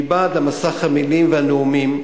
מבעד למסך המלים והנאומים,